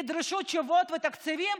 תדרשו תשובות ותקציבים,